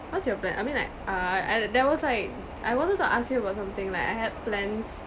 what's your plan I mean like err I don~ there was like I wanted to ask you about something like I had plans